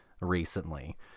recently